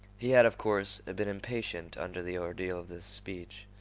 he had, of course, been impatient under the ordeal of this speech.